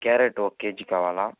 carrot ఒక KG కావాలి